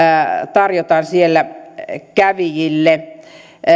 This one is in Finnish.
tarjotaan siellä kävijöille